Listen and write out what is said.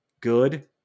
good